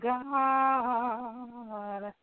God